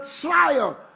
trial